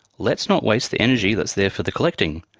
let's not waste the energy that's there for the collecting.